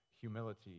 humility